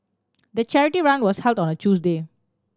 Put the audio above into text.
the charity run was held on a Tuesday